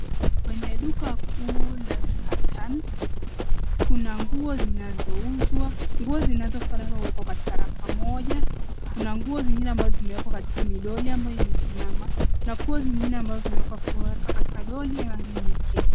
Kwenye duka kuu la Satan kuna nguo zinazouzwa. Nguo zinazo fanana huwekwa katika rafa moja, kuna nguo zingine zimewekwa katika midoli ambayo imesimama na nguo zingine ambazo zimewekwa katika doli ambayo imeketi.